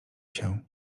się